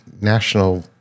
National